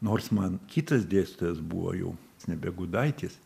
nors man kitas dėstytojas buvo jau nebe gudaitis